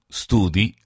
studi